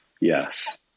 Yes